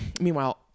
Meanwhile